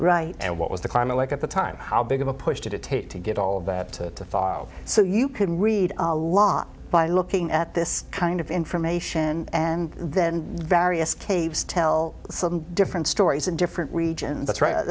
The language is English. right and what was the climate like at the time how big of a push did it take to get all of that to thaw so you could read a lot by looking at this kind of information and then various caves tell different stories in different regions